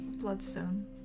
bloodstone